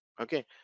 Okay